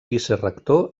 vicerector